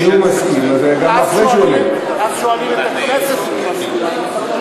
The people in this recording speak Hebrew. אם הוא מסכים, אז שואלים את הכנסת אם היא מסכימה.